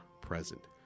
present